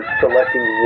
selecting